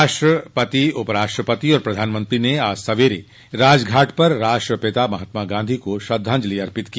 राष्ट्रपति उपराष्ट्रपति और प्रधानमंत्री ने आज सवरे राजघाट पर राष्ट्रपिता महात्मा गांधी को श्रद्धाजंलि अर्पित की